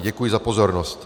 Děkuji za pozornost.